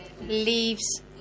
leaves